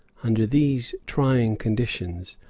under these trying conditions,